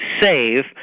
save